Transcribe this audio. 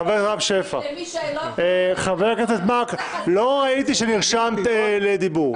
חברת הכנסת מארק, לא ראיתי שנרשמת לדיבור.